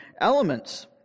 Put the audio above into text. elements